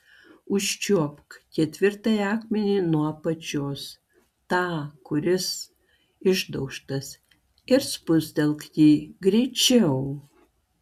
užčiuopk ketvirtąjį akmenį nuo apačios tą kuris išdaužtas ir spustelk jį greičiau